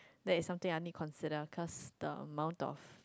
there is something I need consider cause the mouth of